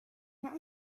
not